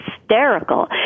hysterical